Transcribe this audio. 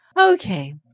Okay